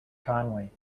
conway